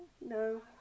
No